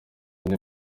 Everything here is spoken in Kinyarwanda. ndi